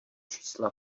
čísla